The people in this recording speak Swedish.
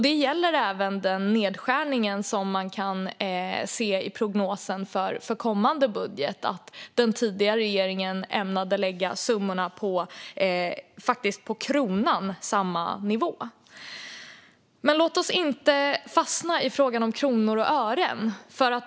Det gäller även den nedskärning som man kan se i prognosen för kommande budget. Den tidigare regeringen ämnade lägga summorna - faktiskt på kronan - på samma nivå. Låt oss inte fastna i kronor och ören.